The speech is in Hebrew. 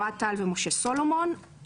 אוהד טל ומשה סולומון,